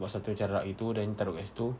buat satu macam rak gitu then taruk kat situ